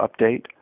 update